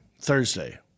Thursday